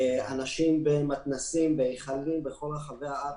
אנשים במתנ"סים, בהיכלים בכל רחבי הארץ.